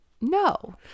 No